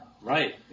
right